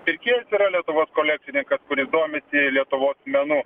pirkėjas yra lietuvos kolekcininkas kuris domisi lietuvos menu